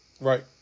right